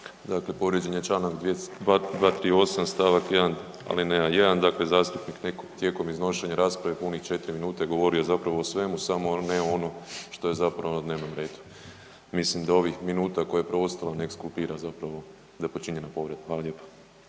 dakle povrijeđen je čl. 238. st. 1. alineja 1., dakle zastupnik tijekom iznošenja rasprave je punih 4 minute govorio zapravo o svemu samo ne ono što je na dnevnom redu. Mislim da je ovih minuta koje je preostalo ne ekskulpira da je počinjena povreda. Hvala lijepo.